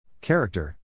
Character